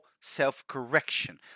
self-correction